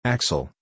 Axel